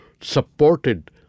supported